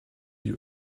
you